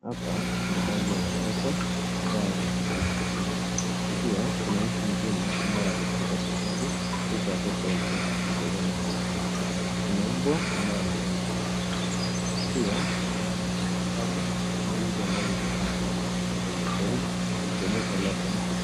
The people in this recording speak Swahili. Hapa ni mahali ya watoto ambao wameketi chini, pia kuna mtu mzima ambaye ameshika kitabu huku watoto wote wakitazama kwa makini, kuna mbwa ambaye amelala, pia nyuma yao kuna vitabu vingi vinavyopangwa kwenye shelli ikionyesha kuwa